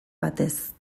batez